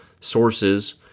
sources